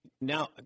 now